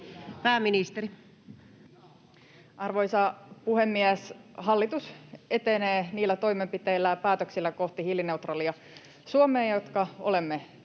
Pääministeri. Arvoisa puhemies! Hallitus etenee niillä toimenpiteillä ja päätöksillä kohti hiilineutraalia Suomea, jotka olemme tehneet.